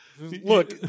Look